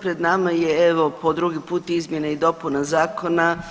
Pred nama je, evo, po drugi put izmjene i dopuna Zakona